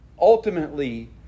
Ultimately